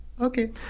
Okay